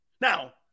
Now